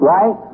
Right